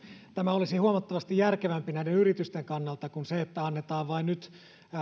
tämä olisi huomattavasti järkevämpää näiden yritysten kannalta kuin se että annetaan nyt vain